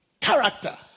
character